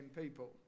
people